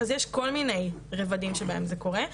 אז יש כל מיני רבדים שבהם זה קורה.